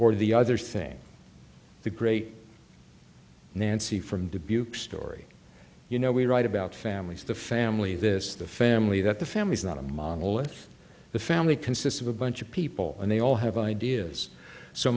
or the other thing the great nancy from dubuque story you know we write about families the family this the family that the family is not a monolith the family consists of a bunch of people and they all have ideas so